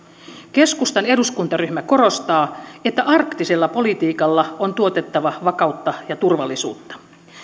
keskustan eduskuntaryhmä korostaa että arktisella politiikalla on tuotettava vakautta ja turvallisuutta